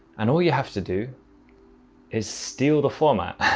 and all you have to do is steal the format.